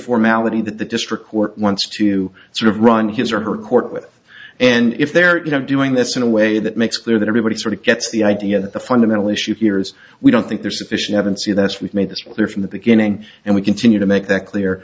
formality that the district court wants to sort of run his or her court with and if they're doing this in a way that makes clear that everybody sort of gets the idea that the fundamental issue here is we don't think there's sufficient haven't see that's we've made this clear from the beginning and we continue to make that clear